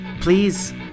please